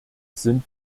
sind